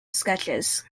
sketches